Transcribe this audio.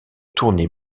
tournée